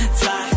fly